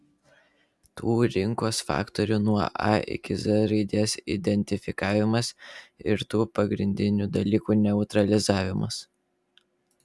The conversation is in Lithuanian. tų rinkos faktorių nuo a iki z raidės identifikavimas ir tų pagrindinių dalykų neutralizavimas